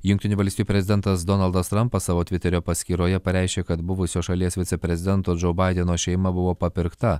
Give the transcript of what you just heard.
jungtinių valstijų prezidentas donaldas trampas savo tviterio paskyroje pareiškė kad buvusio šalies viceprezidento džou baideno šeima buvo papirkta